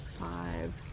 Five